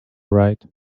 right